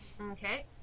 Okay